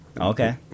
Okay